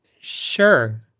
Sure